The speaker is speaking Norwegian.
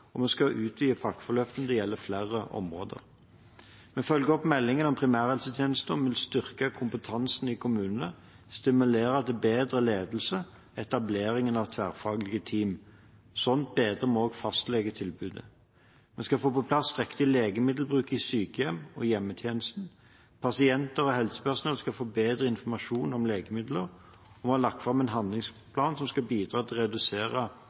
og vi skal utvide pakkeforløpene til å gjelde flere områder. Vi følger opp meldingen om primærhelsetjenesten og vil styrke kompetansen i kommunene, stimulere til bedre ledelse og etablere tverrfaglige team. Slik bedrer vi også fastlegetilbudet. Vi skal få på plass riktig legemiddelbruk i sykehjem og i hjemmetjenesten. Pasienter og helsepersonell skal få bedre informasjon om legemidler, og vi har lagt fram en handlingsplan som skal bidra til å redusere